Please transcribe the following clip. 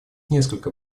несколько